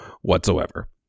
whatsoever